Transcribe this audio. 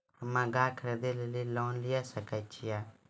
हम्मे गाय खरीदे लेली लोन लिये सकय छियै?